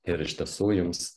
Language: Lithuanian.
ir iš tiesų jums